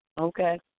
Okay